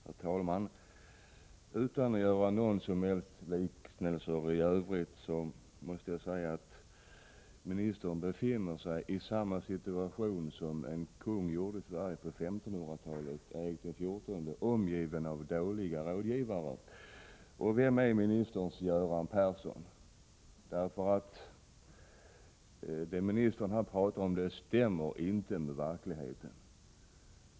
Herr talman! Utan att göra någon som helst liknelse i övrigt måste jag säga att ministern befinner sig i samma situation som en kung gjorde i Sverige på 1500-talet, nämligen Erik XIV. Han är omgiven av dåliga rådgivare. Vem är ministerns Jöran Persson? Det som ministern talar om stämmer inte med verkligheten.